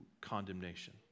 condemnation